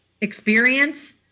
experience